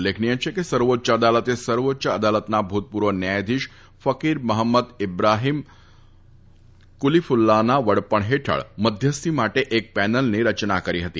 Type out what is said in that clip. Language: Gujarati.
ઉલ્લેખનિય છે કે સર્વોચ્ય અદાલતે સર્વોચ્ય અદાલતના ભૂતપૂર્વ ન્યાયાધીશ ફકીર મફંમદ ઈબ્રાફીમ કલીકુલ્લાના વડપણ ફેઠળ મધ્યસ્થી માટે એક પેનલની રચના કરી ફતી